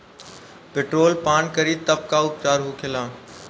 Petrol पान करी तब का उपचार होखेला?